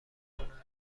کنند